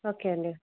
okay అండి